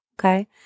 okay